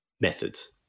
methods